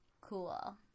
cool